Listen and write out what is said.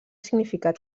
significat